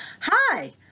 Hi